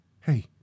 hey